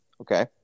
Okay